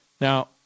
Now